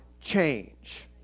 change